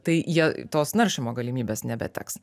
tai jie tos naršymo galimybės nebeteks